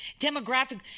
demographic